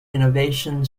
innovation